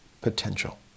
potential